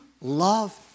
love